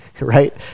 Right